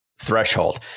threshold